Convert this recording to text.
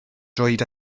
droed